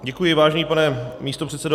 Děkuji, vážený pane místopředsedo.